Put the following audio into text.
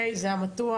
זה היה מתוח.